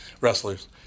wrestlers